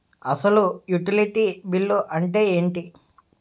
అసలు utility bill అంతే ఎంటి?